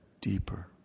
deeper